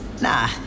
Nah